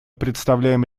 представляем